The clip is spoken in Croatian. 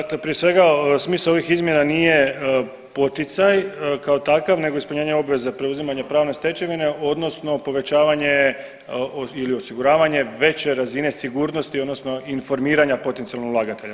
Dakle, prije svega smisao ovih izmjena nije poticaj kao takav nego ispunjenje obveze, preuzimanje pravne stečevine odnosno povećavanje ili osiguravanje veće razine sigurnosti odnosno informiranja potencijalnog ulagatelja.